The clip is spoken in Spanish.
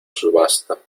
subasta